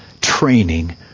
training